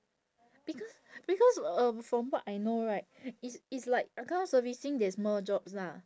because because uh from what I know right it's it's like account servicing there's more jobs lah